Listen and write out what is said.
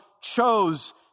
chose